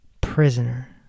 Prisoner